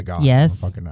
Yes